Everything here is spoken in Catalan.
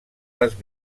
les